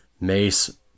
mace